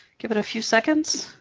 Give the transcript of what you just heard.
give it a few seconds.